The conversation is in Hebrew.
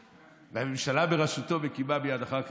והממשלה בראשותו קיימה מייד אחר כך,